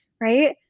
Right